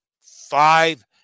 five